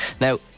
now